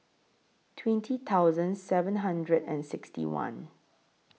twenty thousand seven hundred and sixty one